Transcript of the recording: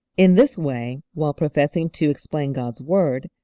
in this way, while professing to explain god's word,